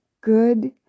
good